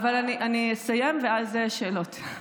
אבל אני אסיים, ואז שאלות.